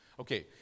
Okay